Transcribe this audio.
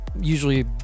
usually